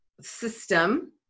system